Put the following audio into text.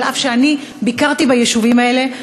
אף שאני ביקרתי ביישובים האלה,